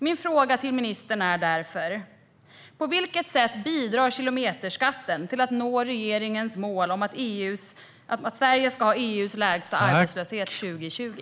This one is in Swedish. Min fråga till ministern är därför: På vilket sätt bidrar kilometerskatten till att nå regeringens mål om att Sverige ska ha EU:s lägsta arbetslöshet 2020?